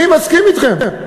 אני מסכים אתכם.